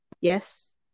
Yes